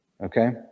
okay